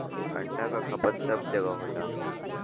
अंडा क खपत सब जगह होला